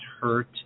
hurt